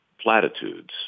platitudes